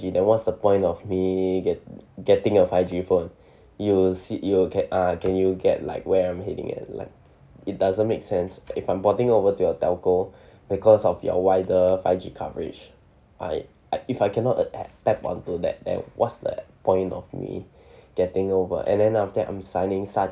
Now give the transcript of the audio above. then what's the point of me get getting a five G phone you will see you will get uh can you get like where I'm heading at like it doesn't make sense if I'm porting over to your telco because of your wider five G coverage I'd I'd if I cannot a~ tap tap onto that network what's that point of me getting over and then after that I'm signing such